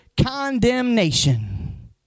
condemnation